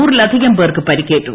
നൂറിലധികംപേർക്ക് പരിക്കേറ്റു